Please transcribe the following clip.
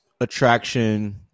attraction –